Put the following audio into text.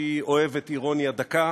אוהבת אירוניה דקה,